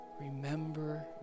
remember